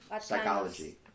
Psychology